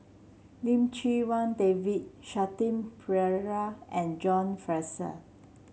Lim Chee Wai David Shanti Pereira and John Fraser